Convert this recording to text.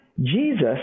Jesus